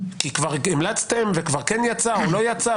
כי כבר המלצתם וכבר כן יצא או לא יצא,